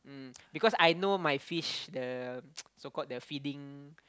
mm because I know my fish the so called the feeding